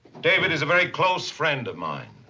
david is a very close friend of mine.